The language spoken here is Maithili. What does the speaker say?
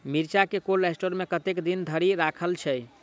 मिर्चा केँ कोल्ड स्टोर मे कतेक दिन धरि राखल छैय?